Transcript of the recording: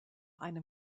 einem